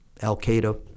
al-qaeda